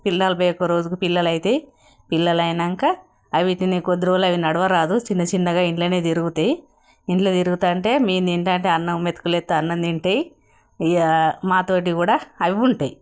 పిల్లలు బయట ఒక రోజు పిల్లలు అవుతాయి పిల్లలు అయ్యాక అవి తినే కొద్ది రోజు అవి నడవరాదు చిన్న చిన్నగా ఇంట్లోనే తిరుగుతాయి ఇంట్లో తిరుగుతోంటే మేము తింటుంటే అన్నం మెతుకులు వేస్తే అన్నం తింటాయి ఇక మాతోటి కూడా అవి ఉంటాయి